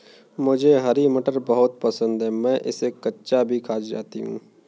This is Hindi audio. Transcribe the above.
मुझे हरी मटर बहुत पसंद है मैं इसे कच्चा भी खा जाती हूं